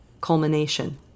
culmination